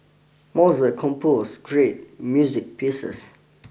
Mozart compose great music pieces